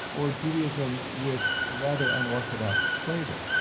or a judaism with rather unorthodox flavour.